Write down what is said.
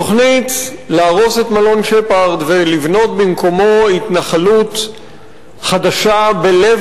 התוכנית להרוס את מלון "שפרד" ולבנות במקומו התנחלות חדשה בלב